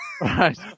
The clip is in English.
Right